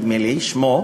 נדמה לי שמו,